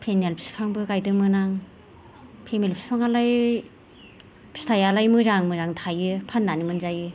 phenyl बिफांबो गायदोंमोन आं फिमेल बिफांआलाय फिथाइयालाय मोजां मोजां थायो फाननानै मोनजायो